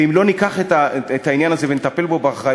ואם לא ניקח את העניין הזה ונטפל בו באחריות,